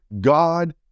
God